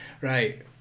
Right